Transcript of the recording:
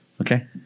Okay